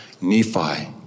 Nephi